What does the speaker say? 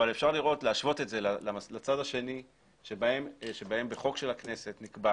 אבל אפשר להשוות את זה לצד השני כאשר בחוק של הכנסת נקבע